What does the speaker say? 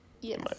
Yes